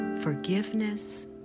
forgiveness